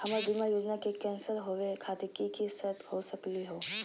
हमर बीमा योजना के कैन्सल होवे खातिर कि कि शर्त हो सकली हो?